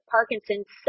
Parkinson's